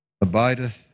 abideth